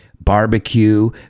barbecue